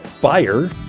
buyer